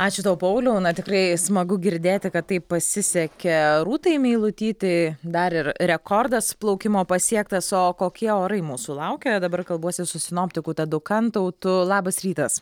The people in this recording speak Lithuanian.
ačiū tau pauliau tikrai smagu girdėti kad taip pasisekė rūtai meilutytei dar ir rekordas plaukimo pasiektas o kokie orai mūsų laukia dabar kalbuosi su sinoptiku tadu kantautu labas rytas